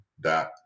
dot